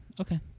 Okay